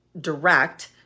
direct